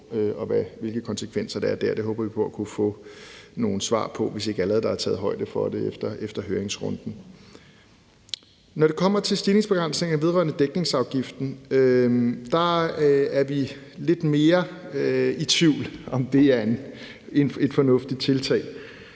og hvilke konsekvenser der er der, og dem håber vi på at kunne få nogle svar på, hvis der ikke allerede er taget højde for det efter høringsrunden. Når det kommer til stigningsbegrænsningen vedrørende dækningsafgiften, er vi lidt mere i tvivl om, hvorvidt det er et fornuftigt tiltag.